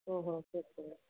ஓஹோ சரி சரி